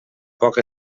poc